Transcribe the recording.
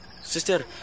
Sister